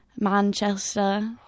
Manchester